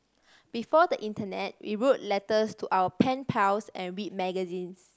before the internet we wrote letters to our pen pals and read magazines